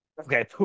Okay